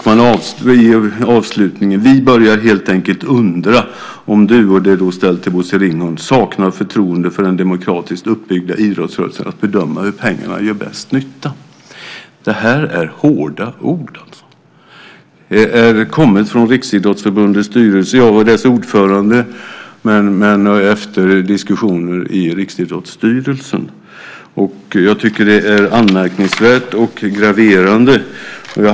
Vidare skriver man: "Vi börjar helt enkelt undra om du" - brevet är alltså ställt till Bosse Ringholm - "saknar förtroende för den demokratiskt uppbyggda idrottsrörelsen att bedöma hur pengarna gör bäst nytta." Det här är hårda ord. Brevet kommer, som sagt, från Riksidrottsförbundets styrelse och dess ordförande men efter diskussioner i Riksidrottsstyrelsen. Jag tycker att det hela är anmärkningsvärt och graverande.